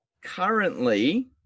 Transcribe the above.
Currently